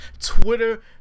Twitter